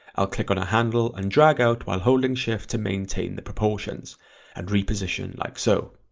i'll click on a handle and drag out while holding shift to maintain the proportions and reposition like so.